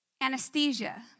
anesthesia